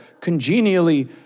congenially